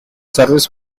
service